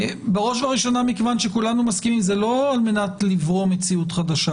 בראש ובראשונה מכיוון שכולנו מסכימים זה לא על מנת לברוא מציאות חדשה,